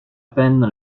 peine